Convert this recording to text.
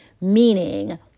Meaning